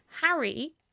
Harry